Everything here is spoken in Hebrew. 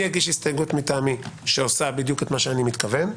אגיש הסתייגות מטעמי שעושה בדיוק את מה שאני מתכוון.